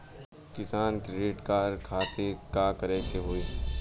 किसान credit card खातिर का करे के होई?